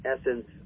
essence